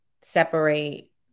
separate